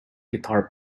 guitar